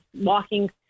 walking